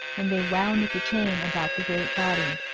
and they wound the chain about the great body.